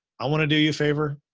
i want to do you a favor.